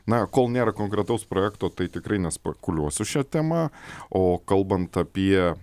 na kol nėra konkretaus projekto tai tikrai nespekuliuosiu šia tema o kalbant apie